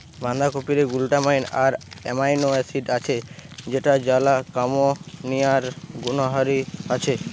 বাঁধাকপিরে glutamine আর amino acid আছে যৌটার জ্বালা কমানিয়ার গুণহারি আছে